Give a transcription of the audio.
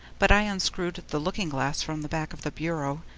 but i unscrewed the looking-glass from the back of the bureau,